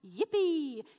Yippee